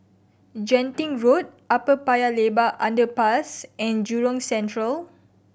Genting Road Upper Paya Lebar Underpass and Jurong Central